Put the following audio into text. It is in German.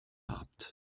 habt